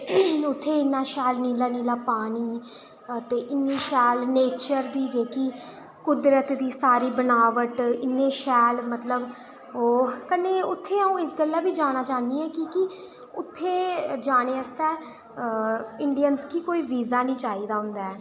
उत्थै इन्ना शैल नीला नीला पानी इन्नी शैल नेचर दी जेह्की कुदरत दी सारी बनावट इन्नी शैल मतलब ओह् कन्नै उत्थै अ'ऊं इस गल्ला बी जाना चाहिना हा क्योंकि उत्थै जाने आस्तै इंडयनस गी कोई बिजा नेई चाहिदा होंदा है